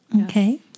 Okay